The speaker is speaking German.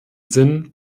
sinn